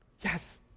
Yes